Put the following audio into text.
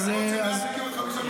יכול להיות שמאז הגיעו עוד 5 מיליארד.